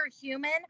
human